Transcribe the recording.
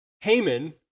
Haman